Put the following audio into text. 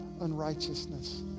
unrighteousness